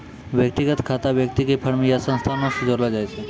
व्यक्तिगत खाता व्यक्ति के फर्म या संस्थानो से जोड़लो जाय छै